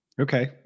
Okay